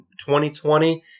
2020